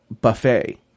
buffet